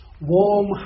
warm